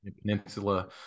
Peninsula